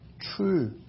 True